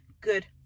good